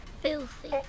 Filthy